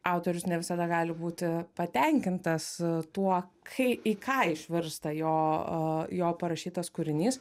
autorius ne visada gali būti patenkintas tuo kai į ką išversta jo jo parašytas kūrinys